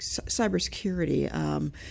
cybersecurity